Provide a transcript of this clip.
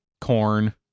corn